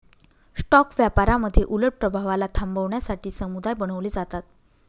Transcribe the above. stock व्यापारामध्ये उलट प्रभावाला थांबवण्यासाठी समुदाय बनवले जातात